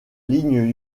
ligne